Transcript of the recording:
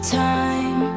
time